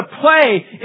play